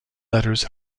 letters